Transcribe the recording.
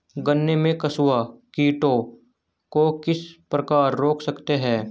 गन्ने में कंसुआ कीटों को किस प्रकार रोक सकते हैं?